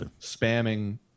spamming